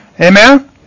Amen